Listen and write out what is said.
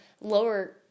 lower